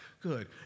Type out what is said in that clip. good